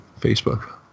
Facebook